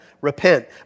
repent